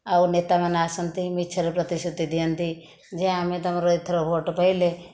ଆଉ ନେତାମାନେ ଆସନ୍ତି ମିଛରେ ପ୍ରତିଶ୍ରୁତି ଦିଅନ୍ତି ଯେ ଆମେ ତମର ଏଥର ଭୋଟ ପାଇଲେ